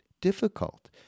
difficult